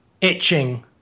itching